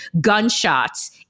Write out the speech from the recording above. gunshots